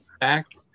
back